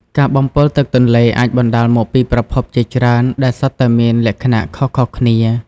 ការបំពុលទឹកទន្លេអាចបណ្តាលមកពីប្រភពជាច្រើនដែលសុទ្ធតែមានលក្ខណៈខុសៗគ្នា។